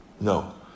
no